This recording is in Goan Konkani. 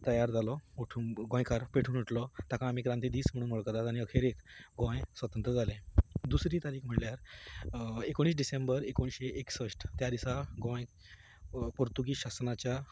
तयार जालो उठूंब गोंयकार पेटून उटलो ताका आमी क्रांती दीस म्हणून वळखतात आनी अखेरेक गोंय स्वतंत्र जालें दुसरी तारीक म्हणल्यार एकोणीस डिसँबर एकोणशें एकसश्ट त्या दिसा गोंय पोर्तुगेज शासनाच्या